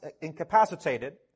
incapacitated